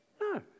No